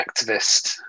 activist